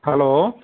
hello